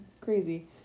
crazy